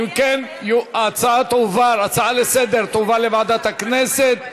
אם כן, ההצעה לסדר-היום תועבר לוועדת הכנסת,